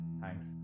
thanks